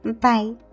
Bye